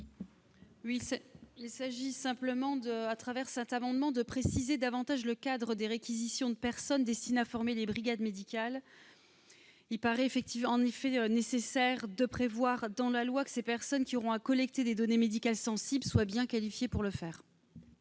Guillotin. Le présent amendement vise à préciser davantage le cadre des réquisitions de personnes destinées à former les brigades médicales. Il paraît en effet nécessaire de prévoir dans la loi que ces personnes qui auront à collecter des données médicales sensibles soient bien qualifiées pour le faire.